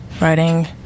writing